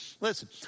Listen